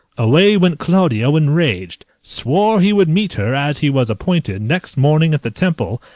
away went claudio enraged swore he would meet her, as he was appointed, next morning at the temple,